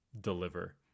deliver